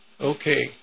Okay